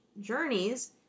journeys